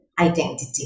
identity